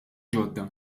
ġodda